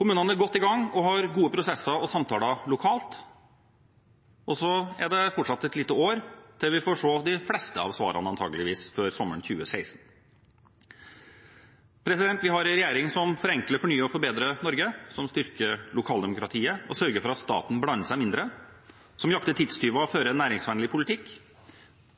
Kommunene er godt i gang og har gode prosesser og samtaler lokalt, og så er det fortsatt et lite år til vi får se de fleste av svarene, antakeligvis, før sommeren 2016. Vi har en regjering som forenkler, fornyer og forbedrer Norge, som styrker lokaldemokratiet og sørger for at staten blander seg mindre, som jakter tidstyver og fører en næringsvennlig politikk,